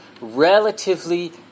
relatively